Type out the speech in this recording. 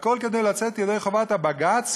הכול כדי לצאת ידי חובת בג"ץ,